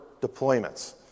deployments